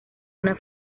una